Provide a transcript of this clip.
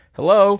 Hello